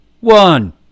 one